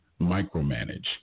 micromanage